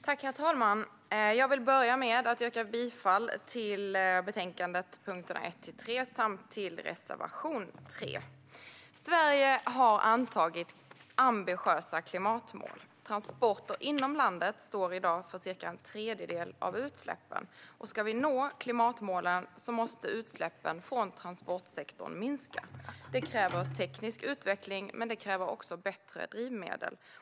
Herr talman! Jag vill börja med att yrka bifall till utskottets förslag i betänkandet under punkterna 1 till 3 samt till reservation 3. Sverige har antagit ambitiösa klimatmål. Transporter inom landet står i dag för cirka en tredjedel av utsläppen. Om vi ska nå klimatmålen måste utsläppen från transportsektorn minska. För det krävs teknisk utveckling, men det krävs också bättre drivmedel.